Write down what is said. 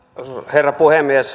arvoisa herra puhemies